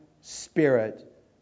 spirit